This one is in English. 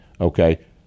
Okay